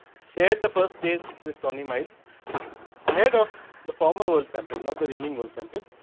share the first place with tony miles a head of the former was champion, not the reigning world champion